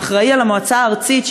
האחראי למועצה הארצית,